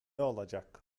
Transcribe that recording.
olacak